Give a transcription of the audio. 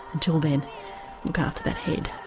until then look after that head